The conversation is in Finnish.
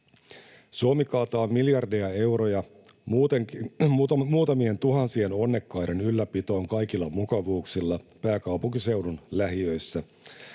Suomi kaataa miljardeja euroja muutamien tuhansien onnekkaiden ylläpitoon kaikilla mukavuuksilla pääkaupunkiseudun lähiöissä